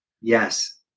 Yes